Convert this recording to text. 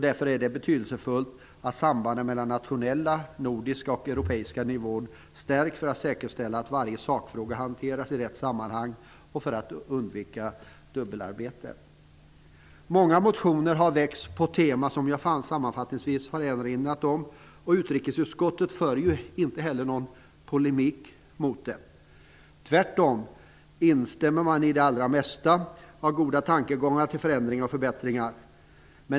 Därför är det betydelsefullt att sambanden mellan den nationella, den nordiska och den europeiska nivån stärks för att säkerställa att varje sakfråga hanteras i rätt sammanhang och för att undvika dubbelarbete. Många motioner har väckts på teman som jag sammanfattningsvis har erinrat om. Utrikesutskottet för heller inte en polemik mot det. Tvärtom instämmer man i det allra mesta av goda tankegångar när det gäller förändringar och förbättringar.